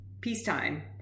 peacetime